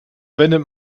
wendet